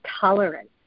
tolerance